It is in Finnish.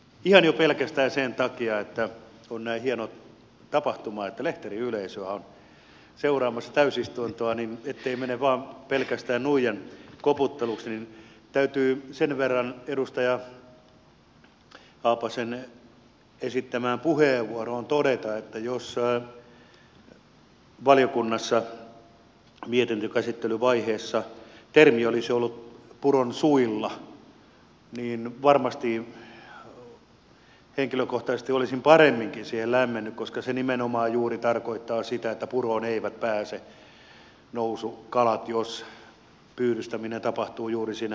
ihan jo pelkästään sen takia että on näin hieno tapahtuma että lehteriyleisöä on seuraamassa täysistuntoa ettei mene vain pelkästään nuijan koputteluksi täytyy sen verran edustaja haapasen esittämään puheenvuoroon todeta että jos valiokunnassa mietinnön käsittelyvaiheessa termi olisi ollut puron suilla niin varmasti henkilökohtaisesti olisin paremminkin siihen lämmennyt koska se nimenomaan juuri tarkoittaa sitä että puroon eivät pääse nousukalat jos pyydystäminen tapahtuu juuri siinä puron suulla